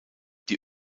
die